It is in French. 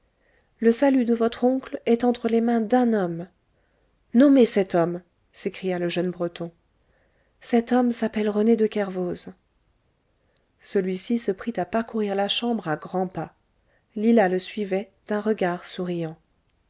le salut de votre oncle est entre les mains d'un homme nommez cet homme s'écria le jeune breton cet homme s'appelle rené de kervoz celui-ci se prit à parcourir la chambre à grands pas lila le suivait d'un regard souriant